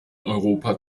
europa